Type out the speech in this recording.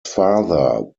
father